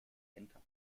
enter